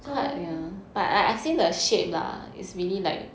so